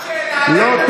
שאל שאלה, לא.